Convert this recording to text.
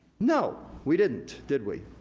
no, we didn't, did we?